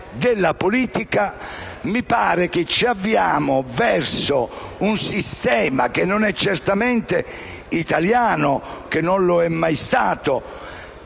della politica, mi pare che ci avviamo verso un sistema, che non è certamente italiano e che non lo è mai stato,